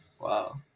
Wow